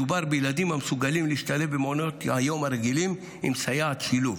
מדובר בילדים המסוגלים להשתלב במעונות היום הרגילים עם סייעת שילוב